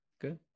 Good